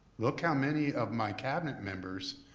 look how many of my cabinet members